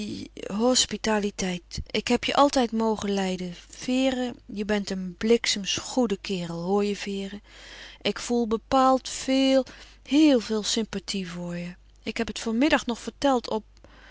hospi hospitaliteit ik heb je altijd mogen lijden vere je bent een bliksems goede kerel hoor je vere ik voel bepaald veel heel veel sympathie voor je ik heb het vanmiddag nog verteld op